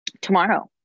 Tomorrow